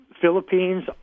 Philippines